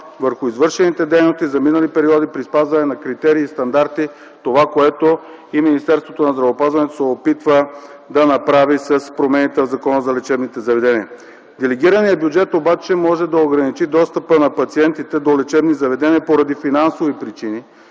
върху извършените дейности за минали периоди при спазване на критерии и стандарти. Това е, което и Министерството на здравеопазването се опитва да направи с промените в Закона за лечебните заведения. Делегираният бюджет обаче може да ограничи достъпа на пациентите до лечебни заведения, поради финансови причини,